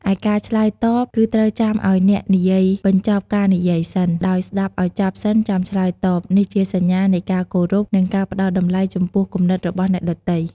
ឯការឆ្លើយតប គឺត្រូវចាំឲ្យអ្នកនិយាយបញ្ចប់ការនិយាយសិន ដោយស្តាប់ឲ្យចប់សិនចាំឆ្លើយតប នេះជាសញ្ញានៃការគោរព និងការផ្តល់តម្លៃចំពោះគំនិតរបស់អ្នកដទៃ។